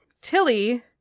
Tilly